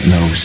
no